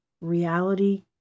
reality